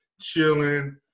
chilling